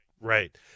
right